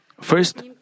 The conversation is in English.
First